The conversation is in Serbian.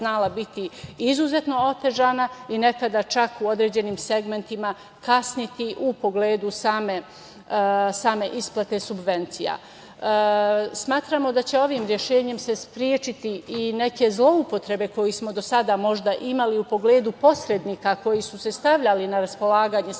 biti izuzetno otežana i nekada čak, u određenim segmentima kasniti u pogledu same isplate subvencija. Smatramo da će ovim rešenjem se sprečiti i neke zloupotrebe koje smo do sada, možda imali u pogledu posrednika, koji su se stavljali na raspolaganje samim